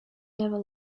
never